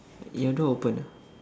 your door open ah